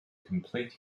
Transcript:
complete